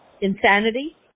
Insanity